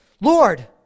Lord